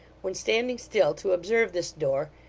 when, standing still to observe this door,